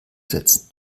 setzen